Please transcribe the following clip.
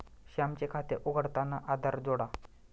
श्यामचे खाते उघडताना आधार जोडा